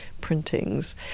printings